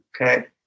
Okay